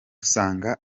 usanga